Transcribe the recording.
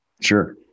Sure